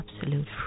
absolute